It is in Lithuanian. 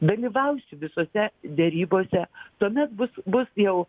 dalyvausiu visose derybose tuomet bus bus jau